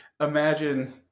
imagine